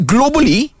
Globally